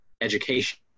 education